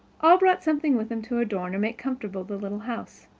all brought something with them to adorn or make comfortable the little house.